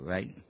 Right